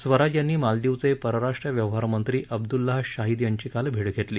स्वराज यांनी मालदीवचे परराष्ट्र व्यवहार मंत्री अबद्ल्ला शाहीद यांची काल भेट घेतली